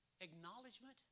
acknowledgement